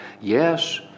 Yes